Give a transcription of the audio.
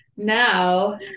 Now